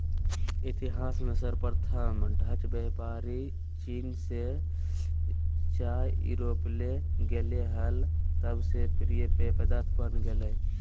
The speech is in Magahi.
इतिहास में सर्वप्रथम डचव्यापारीचीन से चाययूरोपले गेले हल तब से प्रिय पेय पदार्थ बन गेलय